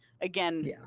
Again